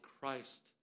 Christ